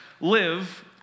live